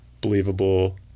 believable